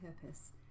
purpose